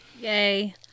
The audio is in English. Yay